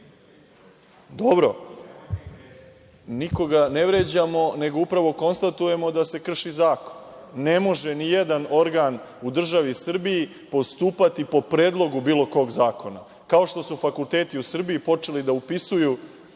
zakona. Nikoga ne vređamo, nego upravo konstatujemo da se krši zakon. Ne može nijedan organ u državi Srbiji postupati po predlogu bilo kog zakona, kao što su fakulteti u Srbiji počeli da upisuju